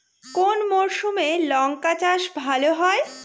কোন মরশুমে লঙ্কা চাষ ভালো হয়?